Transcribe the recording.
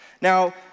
Now